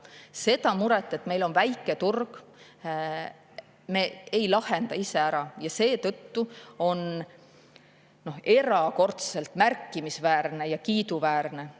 Seda muret, et meil on väike turg, me ei lahenda ise ära ja seetõttu on erakordselt märkimisväärne ja kiiduväärne